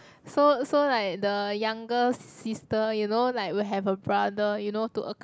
so so like the younger sister you know like will have a brother you know to accom~